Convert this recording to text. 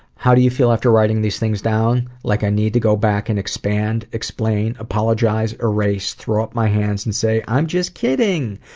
how do you feel after writing these things down? like i need to go back and expand, explain, apologize, erase, throw up my hands and say, i'm just kidding!